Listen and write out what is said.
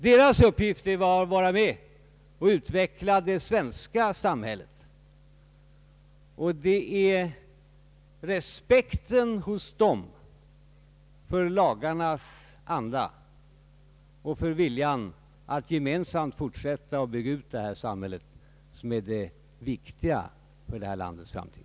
Deras uppgift är att vara med och utveckla det svenska samhället, och det är deras respekt för lagarnas anda och för viljan att gemensamt fortsätta att bygga ut vårt samhälle som är det viktiga för detta lands framtid.